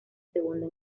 segunda